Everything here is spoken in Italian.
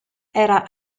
era